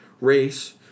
race